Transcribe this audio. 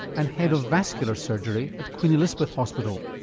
and head of vascular surgery at queen elizabeth hospital.